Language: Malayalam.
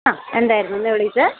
ആ എന്തായിരുന്നു എന്നെ വിളിച്ചത്